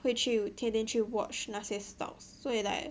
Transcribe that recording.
会去天天去 watch 那些 stocks 所以 like